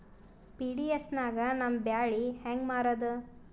PDS ನಾಗ ನಮ್ಮ ಬ್ಯಾಳಿ ಹೆಂಗ ಮಾರದ?